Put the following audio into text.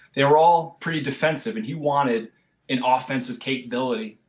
they are all pretty defensive and he wanted an offensive capability.